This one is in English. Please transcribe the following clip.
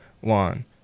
one